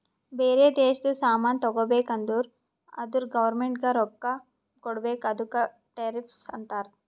ಬೇರೆ ದೇಶದು ಸಾಮಾನ್ ತಗೋಬೇಕು ಅಂದುರ್ ಅದುರ್ ಗೌರ್ಮೆಂಟ್ಗ ರೊಕ್ಕಾ ಕೊಡ್ಬೇಕ ಅದುಕ್ಕ ಟೆರಿಫ್ಸ್ ಅಂತಾರ